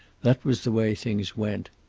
that was the way things went.